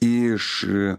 iš a